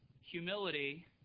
Humility